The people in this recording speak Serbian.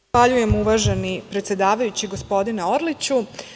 Zahvaljujem, uvaženi predsedavajući, gospodine Orliću.